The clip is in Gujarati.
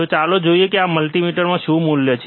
તો ચાલો જોઈએ કે આ મલ્ટિમીટરમાં મૂલ્ય શું છે